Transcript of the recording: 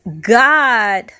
God